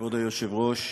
כבוד היושב-ראש,